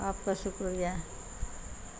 آپ کا شکریہ